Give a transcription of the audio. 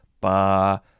ba